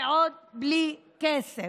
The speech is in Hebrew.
ועוד בלי כסף.